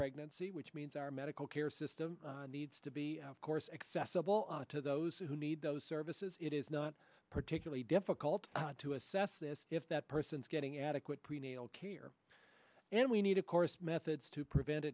pregnancy which means our medical care system needs to be of course accessible to those who need those services it is not particularly difficult to assess this if that person is getting adequate prenatal care and we need of course methods to prevent